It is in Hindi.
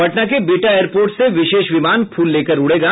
पटना के बिहटा एयरपोर्ट से विशेष विमान फूल लेकर उड़ेगा